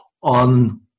on